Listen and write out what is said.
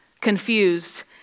confused